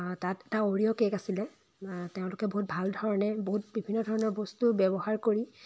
তাত এটা Oreo cake আছিলে তেওঁলোকে বহুত ভাল ধৰণে বহুত বিভিন্ন ধৰণৰ বস্তু ব্যৱহাৰ কৰি